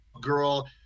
girl